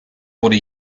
wurde